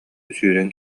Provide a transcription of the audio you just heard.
сүүрэн